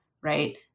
right